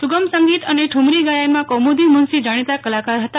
સુગમસંગીત અને ઠુમરી ગાયનમાં કૌમુદી મુનશી જાણીતા કલાકાર હતા